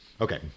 Okay